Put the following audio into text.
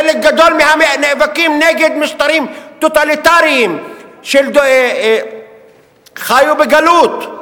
חלק גדול מהנאבקים נגד משטרים טוטליטריים חיו בגלות.